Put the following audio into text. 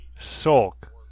Sulk